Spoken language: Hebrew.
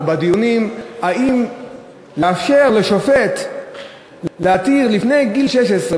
או בדיונים: האם לאפשר לשופט להתיר לפני גיל 16,